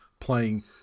Playing